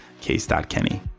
case.kenny